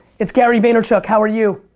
it's gary vaynerchuk, how are you?